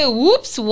whoops